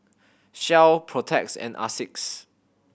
Shell Protex and Asics